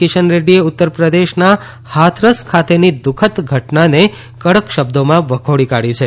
કિશન રેડૃીએ ઉત્તરપ્રદેશના હાથરસ ખાતેની દુઃખદ ઘટનાને કડક શબ્દોમાં વખોડી કાઢી છે